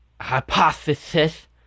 Hypothesis